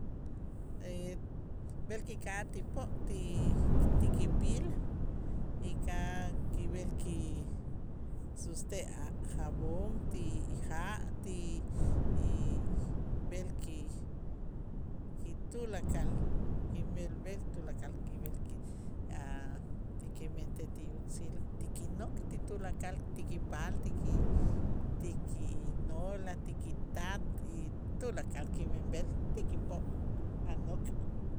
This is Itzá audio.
B'el kika'aj ti p'o' ti- ti kipilaj y ka'aj kib'el ki sutzte' a jabón, ti ja' ti y b'el ki- ki tulakal kimil b'el tulakal kib'el ki a' ti kimentej ti yutzil ti kinok' ti tulakal ti kipaal ti ki ti ki noolaj, ti kitat y tulakal kimenb'el ti kip'o' a' nok'.